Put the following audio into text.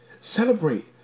Celebrate